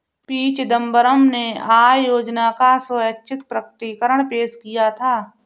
P Chidambaram ने आय योजना का स्वैच्छिक प्रकटीकरण पेश किया था